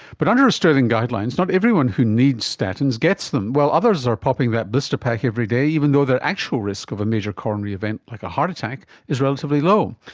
but under australian guidelines, not everyone who needs statins gets them, while others are popping that blister pack every day even though their actual risk of a major coronary event like a heart attack is relatively low.